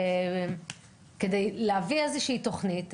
כדי להביא איזושהי תוכנית.